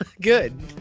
Good